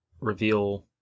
reveal